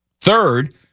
Third